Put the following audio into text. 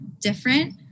different